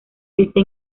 este